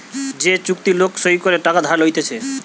যে চুক্তি লোক সই করে টাকা ধার লইতেছে